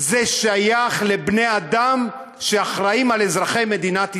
זה שייך לבני-אדם שאחראים לאזרחי מדינת ישראל.